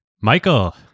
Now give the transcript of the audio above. Michael